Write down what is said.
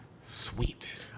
Sweet